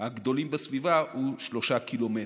הגדולים בסביבה הוא 3 ק"מ.